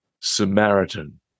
Samaritan